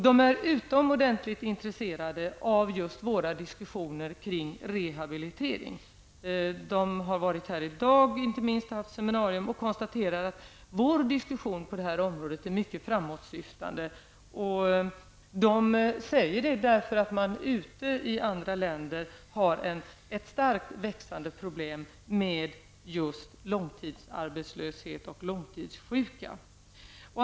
De är utomordentligt intresserade av våra diskussioner kring rehabilitering. De har haft seminarium här i dag och konstaterar att vår diskussion på det här området är mycket framåtsyftande. De säger detta därför att man ute i andra länder har ett starkt växande problem med just långtidsarbetslöshet och långtidssjuka.